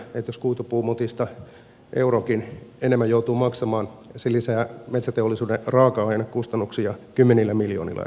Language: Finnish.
jos kuitupuumotista euronkin enemmän joutuu maksamaan se lisää metsäteollisuuden raaka ainekustannuksia kymmenillä miljoonilla euroilla